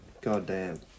goddamn